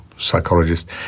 psychologist